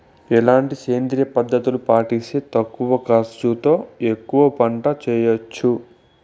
ఎట్లాంటి సేంద్రియ పద్ధతులు పాటిస్తే తక్కువ ఖర్చు తో ఎక్కువగా పంట చేయొచ్చు?